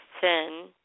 sin